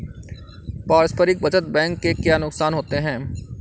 पारस्परिक बचत बैंक के क्या नुकसान होते हैं?